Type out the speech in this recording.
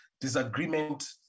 disagreement